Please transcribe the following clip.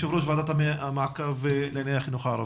יושב ראש ועדת המעקב לענייני החינוך הערבי.